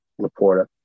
Laporta